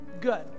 good